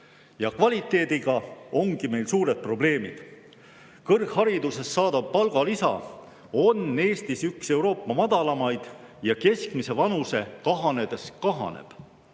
kaudu. Kvaliteediga ongi meil suured probleemid. Kõrgharidusest saadav palgalisa on Eestis üks Euroopa madalamaid ja keskmise vanuse kahanedes see kahaneb.